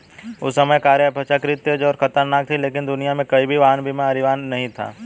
उस समय कारें अपेक्षाकृत तेज और खतरनाक थीं, लेकिन दुनिया में कहीं भी वाहन बीमा अनिवार्य नहीं था